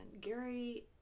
Gary